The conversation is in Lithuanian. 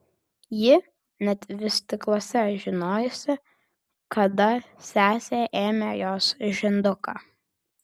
ji net vystykluose žinojusi kada sesė ėmė jos žinduką